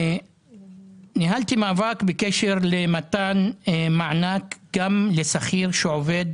ניהלתי מאבק בקשר למתן מענק גם לשכיר שעובד